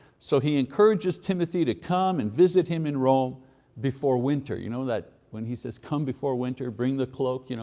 so he encourages timothy to come and visit him in rome before winter. you know when he says, come before winter, bring the cloak. you know